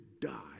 die